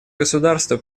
государства